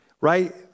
right